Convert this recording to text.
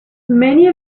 many